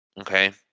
okay